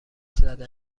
زده